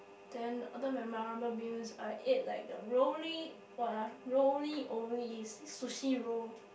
then other memorable meals I ate like the rolly what ah Roly-Ollie Sushi roll